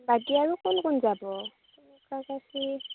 বাকী আৰু কোন কোন যাব